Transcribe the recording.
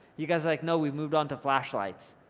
you guys are like, no, we've moved on to flashlights.